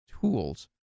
tools